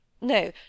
No